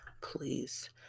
Please